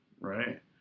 right